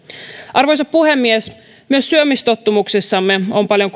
arvoisa puhemies myös syömistottumuksissamme on paljon